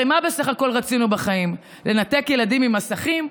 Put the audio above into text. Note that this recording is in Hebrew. הרי מה בסך הכול רצינו בחיים, לנתק ילדים ממסכים?